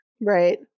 Right